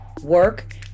work